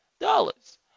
dollars